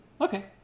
Okay